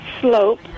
slope